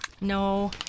No